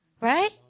Right